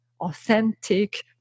authentic